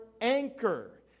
anchor